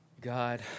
God